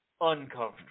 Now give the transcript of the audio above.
uncomfortable